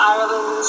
Ireland